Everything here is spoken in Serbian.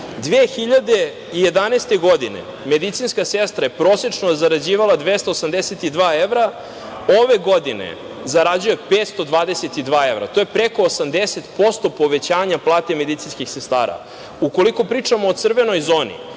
2011. godine, medicinska sestra je prosečno zarađivala 282, evra, ove godine zarađuje 522 evra. To je preko 80% povećanje plate medicinskih sestara. Ukoliko pričamo o crvenoj zoni,